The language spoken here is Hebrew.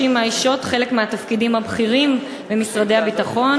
אני מסכימה אתך ששרים צריכים לקחת אחריות,